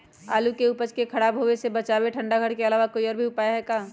आलू के उपज के खराब होवे से बचाबे ठंडा घर के अलावा कोई और भी उपाय है का?